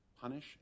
punish